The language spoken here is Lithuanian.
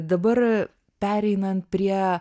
dabar pereinant prie